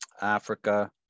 Africa